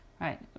Right